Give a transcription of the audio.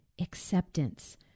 acceptance